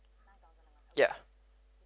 yeah